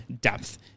depth